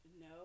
no